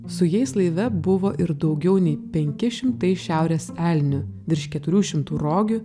su jais laive buvo ir daugiau nei penki šimtai šiaurės elnių virš keturių šimtų rogių